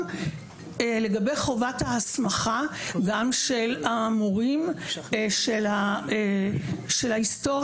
לגבי חובת ההסמכה של המורים של ההיסטוריה,